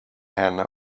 henne